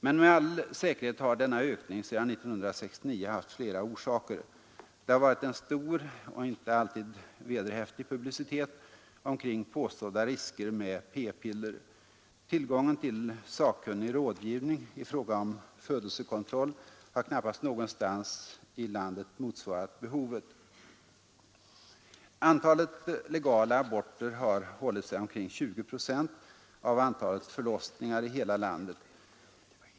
Men med all säkerhet har denna ökning sedan 1969 haft flera orsaker. Det har varit en stor och ofta ovederhäftig publicitet omkring påstådda risker med p-piller. Tillgången till sakkunnig rådgivning i fråga om födelsekontroll har knappast någonstans i landet motsvarat behovet. Antalet legala aborter har hållit sig omkring 20 procent av antalet förlossningar i hela landet.